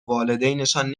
والدینشان